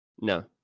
No